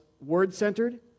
word-centered